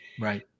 Right